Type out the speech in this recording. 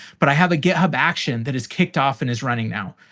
but i have a github action that is kicked off and is running now.